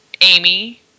amy